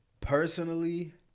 personally